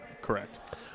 Correct